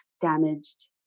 damaged